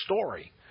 story